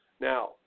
now